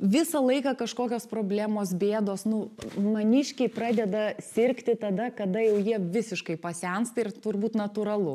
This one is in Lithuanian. visą laiką kažkokios problemos bėdos nu maniškiai pradeda sirgti tada kada jau jie visiškai pasensta ir turbūt natūralu